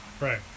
right